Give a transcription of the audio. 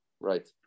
right